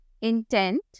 intent